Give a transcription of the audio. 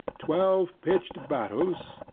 twelve pitched battles,